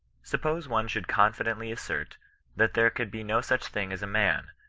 suppose one should confidently assert that there could be no such thing as a man,